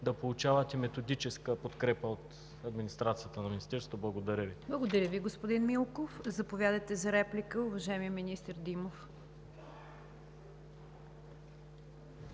да получават и методическа подкрепа от администрацията на Министерството. Благодаря Ви. ПРЕДСЕДАТЕЛ НИГЯР ДЖАФЕР: Благодаря Ви, господин Милков. Заповядайте за реплика, уважаеми министър Димов.